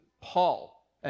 Paul